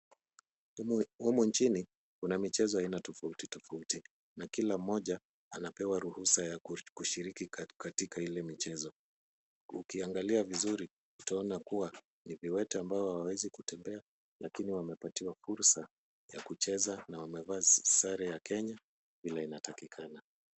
Humu nchini, kuna michezo ya aina tofauti tofauti na kila mmoja anapewa ruhusa ya kushiriki katika ile michezo. Ukiangalia vizuri, utaona kuwa ni viwete ambao hawawezi kutembea lakini wamepatiwa fursa ya kucheza na wamevaa sare ya Kenya vile inatakikana.